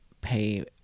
pay